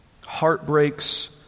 Heartbreaks